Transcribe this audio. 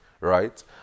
right